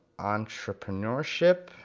entrepreneurship,